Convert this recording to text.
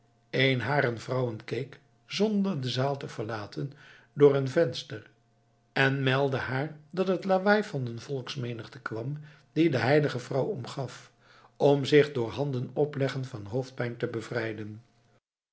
een harer vrouwen keek zonder de zaal te verlaten door een venster en meldde haar dat het lawaai van een volksmenigte kwam die de heilige vrouw omgaf om zich door handen opleggen van hoofdpijn te bevrijden